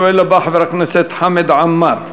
השואל הבא, חבר הכנסת חמד עמאר.